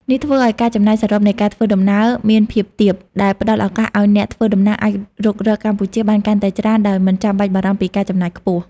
នេះធ្វើឱ្យការចំណាយសរុបនៃការធ្វើដំណើរមានភាពទាប ដែលផ្ដល់ឱកាសឱ្យអ្នកធ្វើដំណើរអាចរុករកកម្ពុជាបានកាន់តែច្រើនដោយមិនចាំបាច់បារម្ភពីការចំណាយខ្ពស់។